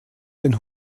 den